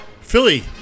Philly